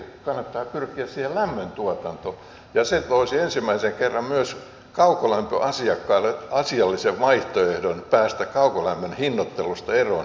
kannattaa pyrkiä siihen lämmöntuotantoon ja se toisi ensimmäisen kerran myös kaukolämpöasiakkaille asiallisen vaihtoehdon päästä kaukolämmön hinnoittelusta eroon